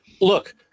look